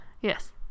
Yes